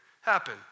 happen